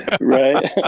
Right